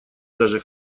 даже